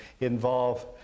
involve